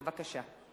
בבקשה.